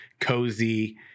cozy